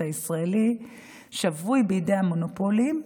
את הישראלי שבוי בידי המונופולים,